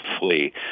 flee